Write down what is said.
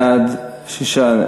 בעד, 6,